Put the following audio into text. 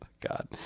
God